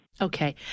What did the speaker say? Okay